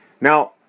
Now